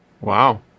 Wow